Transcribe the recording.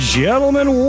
gentlemen